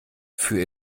für